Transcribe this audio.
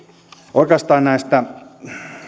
oikeastaan näistä